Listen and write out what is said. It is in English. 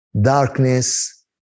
darkness